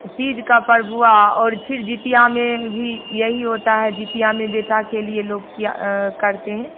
तीज का पर्व हुआ और फिर ज्यूतिया में भी यही होता है ज्यूतिया में बेटा के लिए लोग क्या करते है